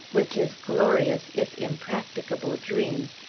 with his glorious if impracticable dream,